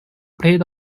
played